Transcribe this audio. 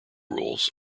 rules